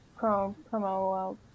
promo